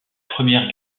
première